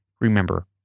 Remember